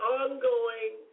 ongoing